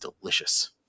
delicious